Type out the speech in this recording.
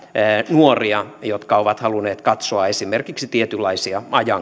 nuoria jotka ovat halunneet katsoa esimerkiksi tietynlaisia ajankuvia